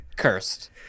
cursed